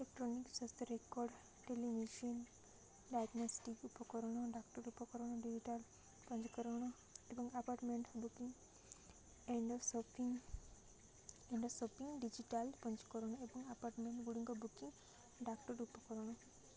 electronic ସ୍ୱାସ୍ଥ୍ୟ record ଟେଲିଂ machine diagnostic ଉପକରଣ ଡକ୍ଟର ଉପକରଣ ଡିଜିଟାଲ୍ ପଞ୍ଜୀକରଣ ଏବଂ apartment booking end of shopping end of shopping digital ପଞ୍ଜୀକରଣ ଏବଂ ଆପାର୍ଟମେଣ୍ଟ ଗୁଡ଼ିକ ବୁକିଂ ଡକ୍ଟର ଉପକରଣ